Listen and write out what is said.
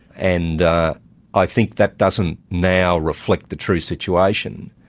and i think that doesn't now reflect the true situation.